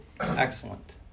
Excellent